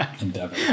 endeavor